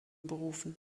berufen